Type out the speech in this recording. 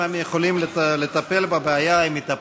אם הם יכולים לטפל בבעיה, הם יטפלו.